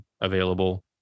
available